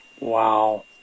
Wow